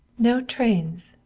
no trains!